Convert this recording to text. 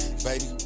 baby